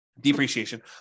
depreciation